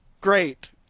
great